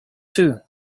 two